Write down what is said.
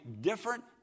different